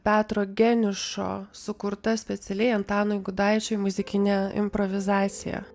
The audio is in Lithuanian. petro genišo sukurta specialiai antanui gudaičiui muzikinė improvizacija